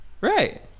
Right